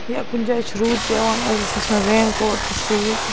یا کُنہِ جایہِ چھُ روٗد پیٚوان اَسہِ گَژھہِ آسُن رین کوٹ تہِ سۭتۍ